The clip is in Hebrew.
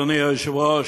אדוני היושב-ראש,